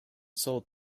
sold